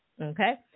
okay